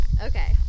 Okay